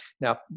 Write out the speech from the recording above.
Now